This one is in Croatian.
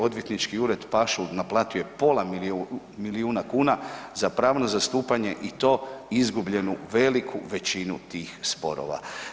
Odvjetnički ured Pašuld naplatio je pola milijuna kuna za pravno zastupanje i to izgubljenu veliku većinu tih sporova.